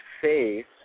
faith